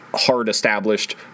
hard-established